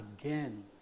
again